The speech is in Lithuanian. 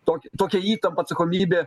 tokia tokia įtampa atsakomybė